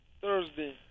Thursday